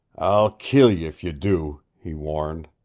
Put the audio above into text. i'll kill y' if you do, he warned.